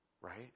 right